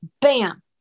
bam